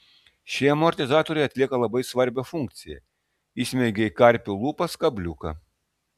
šie amortizatoriai atlieka labai svarbią funkciją įsmeigia į karpio lūpas kabliuką